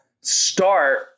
start